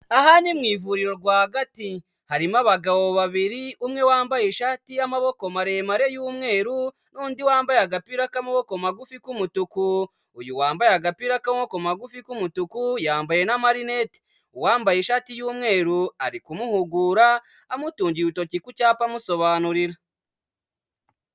Aha ni mu ivuriro rwagati, harimo abagabo babiri, umwe wambaye ishati y'amaboko maremare y'umweru, n'undi wambaye agapira k'amaboko magufi k'umutuku, uyu wambaye agapira k'amaboko magufi k'umutuku, yambaye n'amarineti, uwambaye ishati y'umweru ari kumuhugura, amutungira urutoki ku cyapa amusobanurira.